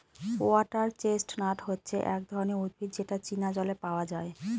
water chestnut হচ্ছে এক ধরনের উদ্ভিদ যেটা চীনা জলে পাওয়া যায়